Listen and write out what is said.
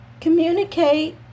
Communicate